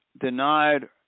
denied